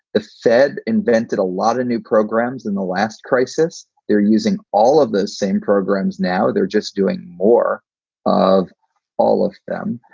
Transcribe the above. the fed invented a lot of new programs in the last crisis. they're using all of the same programs. now they're just doing more of all of them.